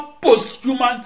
post-human